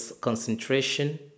concentration